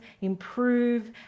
improve